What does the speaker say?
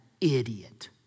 idiot